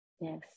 Yes